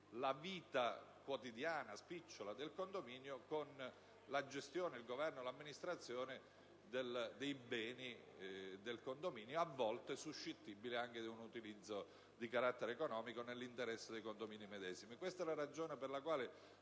la vita quotidiana, spicciola, del condominio rispetto alla gestione, all'amministrazione dei beni del condominio, a volte suscettibili anche di un utilizzo di carattere economico nell'interesse dei condomini medesimi. Questa è la ragione per la quale